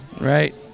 Right